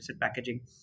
packaging